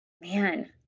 man